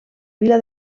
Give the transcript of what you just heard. vila